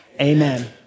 amen